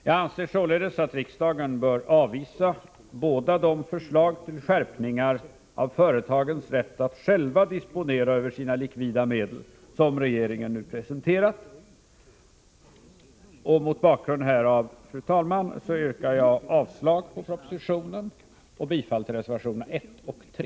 Jag anser således att riksdagen bör avvisa båda de förslag till inskränkningar i företagens rätt att själva disponera över sina likvida medel som regeringen nu presenterat. Mot bakgrund härav, fru talman, yrkar jag avslag på propositionen och bifall till reservationerna 1 och 3.